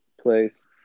place